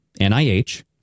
NIH